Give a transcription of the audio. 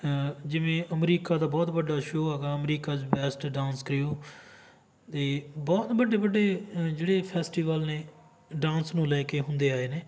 ਜਿਵੇਂ ਅਮਰੀਕਾ ਦਾ ਬਹੁਤ ਵੱਡਾ ਸ਼ੋਅ ਹੈਗਾ ਅਮਰੀਕਾਸ ਬੈਸਟ ਡਾਂਸ ਕ੍ਰੀਉ ਅਤੇ ਬਹੁਤ ਵੱਡੇ ਵੱਡੇ ਜਿਹੜੇ ਫੈਸਟੀਵਲ ਨੇ ਡਾਂਸ ਨੂੰ ਲੈ ਕੇ ਹੁੰਦੇ ਆਏ ਨੇ